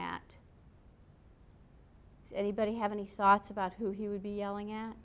at anybody have any thoughts about who he would be yelling at